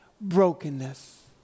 brokenness